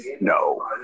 No